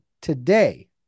today